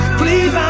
please